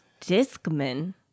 Discman